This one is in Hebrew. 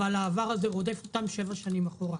אבל העבר הזה רודף אותם שבע שנים אחורה.